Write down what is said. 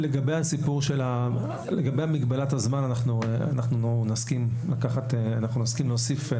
לגבי מגבלת הזמן, אנחנו נסכים להוסיף.